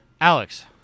Alex